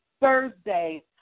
Thursday